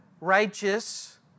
righteous